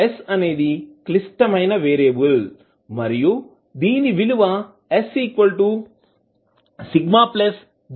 s అనేది క్లిష్టమైన variable మరియు దీని విలువ గా ఇవ్వబడింది